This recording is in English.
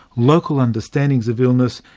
local understandings of illness,